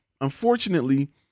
Unfortunately